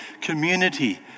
community